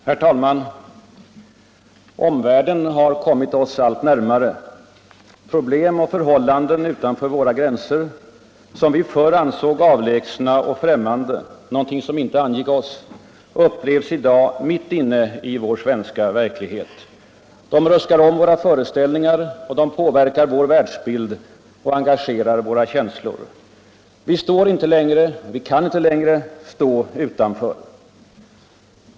Herr talman! Omvärlden har kommit oss allt närmare. Problem och förhållanden utanför våra gränser som vi förr ansåg avlägsna och främmande — någonting som inte angick oss — upplevs i dag mitt inne i vår svenska verklighet. De ruskar om våra föreställningar. De påverkar vår världsbild och engagerar våra känslor. Vi står inte längre, vi kan inte längre stå utanför.